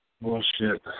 Bullshit